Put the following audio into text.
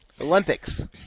Olympics